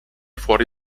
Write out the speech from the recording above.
fuori